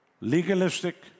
Legalistic